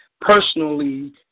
personally